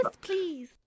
please